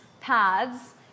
pads